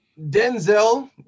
denzel